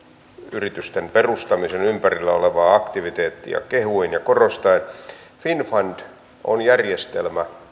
yritysten perustamisen ympärillä olevaa aktiviteettia kehui ja korosti finnfund on järjestelmä